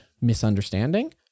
misunderstanding